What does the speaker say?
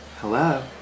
hello